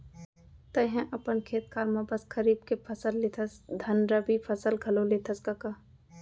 तैंहा अपन खेत खार म बस खरीफ के फसल लेथस धन रबि फसल घलौ लेथस कका?